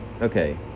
Okay